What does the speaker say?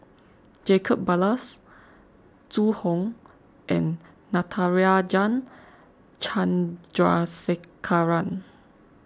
Jacob Ballas Zhu Hong and Natarajan Chandrasekaran